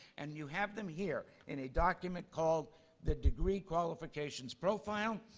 and you have them here, in a document called the degree qualifications profile,